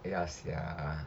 ya sia